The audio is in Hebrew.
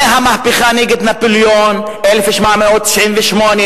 מהמהפכה נגד נפוליאון ב-1798,